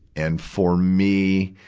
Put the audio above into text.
and for me,